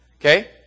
Okay